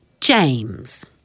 James